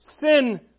Sin